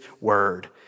word